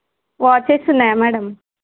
watches ఉన్నాయా madam